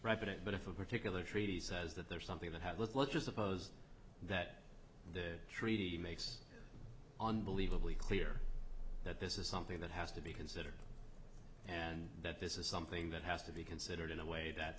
president but if a particular treaty says that there's something that has let's just suppose that the treaty makes on believably clear that this is something that has to be considered and that this is something that has to be considered in a way that